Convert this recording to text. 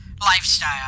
lifestyle